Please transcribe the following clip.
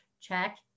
check